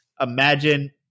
imagine